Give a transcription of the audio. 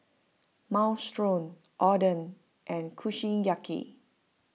Minestrone Oden and Kushiyaki